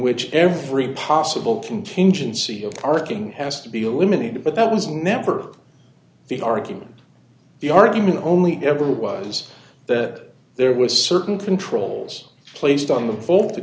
which every possible contingency of parking has to be eliminated but that was never the argument the argument only ever was that there were certain controls placed on